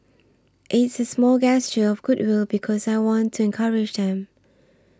it's a small gesture of goodwill because I want to encourage them